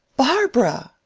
barbara!